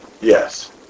Yes